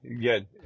Good